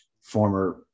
former